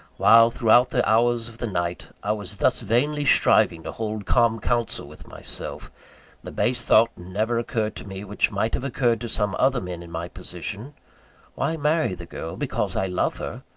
while, throughout the hours of the night, i was thus vainly striving to hold calm counsel with myself the base thought never occurred to me, which might have occurred to some other men, in my position why marry the girl, because i love her?